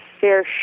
fair